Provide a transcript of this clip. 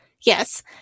Yes